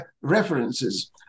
references